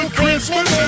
Christmas